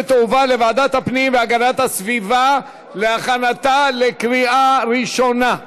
ותועבר לוועדת הפנים והגנת הסביבה להכנתה לקריאה ראשונה.